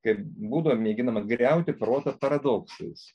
kaip būdavo mėginama griauti proto paradoksus